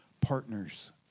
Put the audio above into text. partners